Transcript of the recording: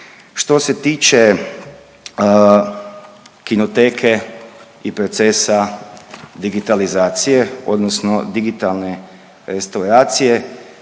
Što se tiče kinoteke i procesa digitalizacije odnosno digitalne restauracije,